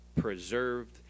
preserved